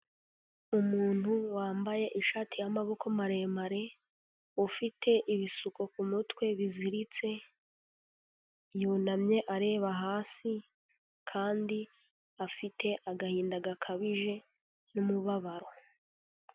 Umuntu wambaye ishati y'amaboko maremare, ufite ibisuko ku mutwe biziritse, yunamye areba hasi kandi afite agahinda gakabije n'umubabaro.